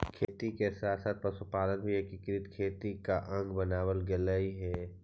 खेती के साथ साथ पशुपालन भी एकीकृत खेती का अंग बनवाल गेलइ हे